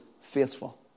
faithful